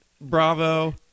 Bravo